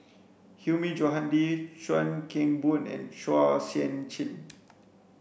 Hilmi Johandi Chuan Keng Boon and Chua Sian Chin